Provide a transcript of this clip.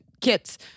kits